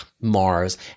Mars